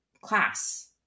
class